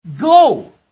Go